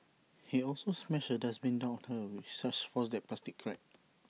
he also smashed A dustbin down on her with such force that the plastic cracked